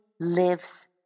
lives